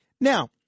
Now